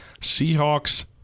Seahawks